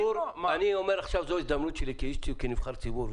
עכשיו זו ההזדמנות שלי כנבחר ציבור,